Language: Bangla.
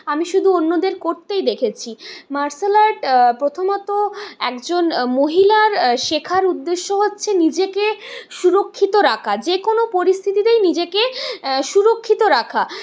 আমি শুধু অন্যদের করতেই দেখেছি মার্শাল আর্ট প্রথমত একজন মহিলার শেখার উদ্দেশ্য হচ্ছে নিজেকে সুরক্ষিত রাখা যেকোনো পরিস্থিতিতেই নিজেকে সুরক্ষিত রাখা